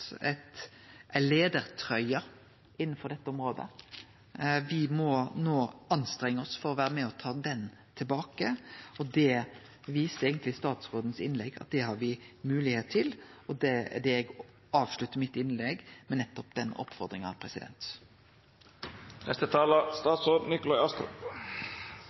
innanfor dette området, me må no anstrengje oss for å vere med og ta ho tilbake. Det viser eigentleg innlegget til statsråden at mehar moglegheit til. Eg avsluttar innlegget mitt med nettopp den oppfordringa.